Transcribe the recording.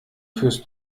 fürs